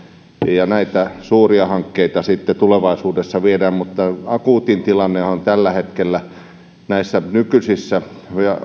ja näitä suuria hankkeita sitten tulevaisuudessa viedään mutta akuutein tilannehan on tällä hetkellä näissä nykyisissä